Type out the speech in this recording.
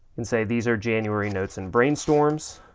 and say these are january notes and brainstorms,